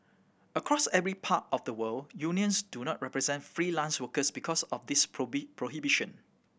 across every part of the world unions do not represent freelance workers because of this prohibition